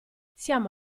siamo